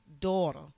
daughter